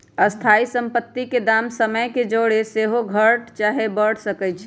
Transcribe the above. स्थाइ सम्पति के दाम समय के जौरे सेहो घट चाहे बढ़ सकइ छइ